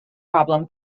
problem